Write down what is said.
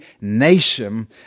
nation